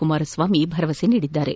ಕುಮಾರಸ್ವಾಮಿ ಭರವಸೆ ನೀಡಿದ್ದಾರೆ